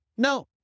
No